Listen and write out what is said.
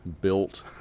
built